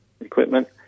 equipment